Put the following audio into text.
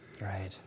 Right